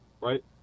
Right